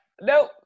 nope